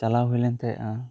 ᱪᱟᱞᱟᱣ ᱦᱩᱭ ᱞᱮᱱ ᱛᱟᱦᱮᱸᱜᱼᱟ